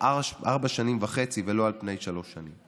ארבע שנים וחצי ולא על פני שלוש שנים.